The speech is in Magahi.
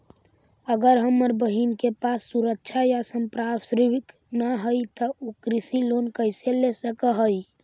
अगर हमर बहिन के पास सुरक्षा या संपार्श्विक ना हई त उ कृषि लोन कईसे ले सक हई?